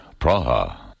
Praha